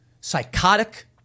psychotic